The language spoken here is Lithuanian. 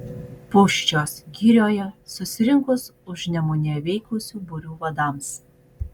pūščios girioje susirinkus užnemunėje veikusių būrių vadams